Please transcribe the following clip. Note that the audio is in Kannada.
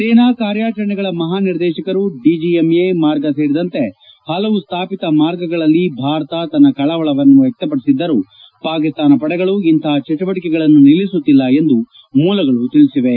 ಸೇನಾ ಕಾರ್ಯಾಚರಣೆಗಳ ಮಹಾ ನಿರ್ದೇಶಕರು ಡಿಜಿಎಂಎ ಮಾರ್ಗ ಸೇರಿದಂತೆ ಪಲವು ಸ್ವಾಪಿತ ಮಾರ್ಗಗಳಲ್ಲಿ ಭಾರತ ತನ್ನ ಕಳವಳವನ್ನು ವ್ನಕ್ಷಪಡಿಸಿದ್ದರೂ ಪಾಕಿಸ್ತಾನ ಪಡೆಗಳು ಇಂತಹ ಚಟುವಟಿಕೆಗಳನ್ನು ನಿಲ್ಲಿಸುತ್ತಿಲ್ಲ ಎಂದು ಮೂಲಗಳು ತಿಳಿಸಿವೆ